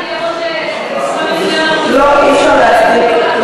לא, אי-אפשר להצדיק.